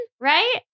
right